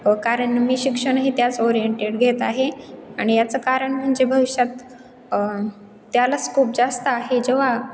कारण मी शिक्षणही त्याच ओरिएंटेड घेत आहे आणि याचं कारण म्हणजे भविष्यात त्याला स्कोप जास्त आहे जेव्हा